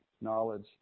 knowledge